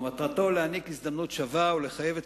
ומטרתו להעניק הזדמנות שווה ולחייב את